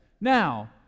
Now